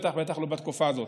בטח ובטח לא בתקופה הזאת.